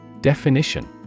Definition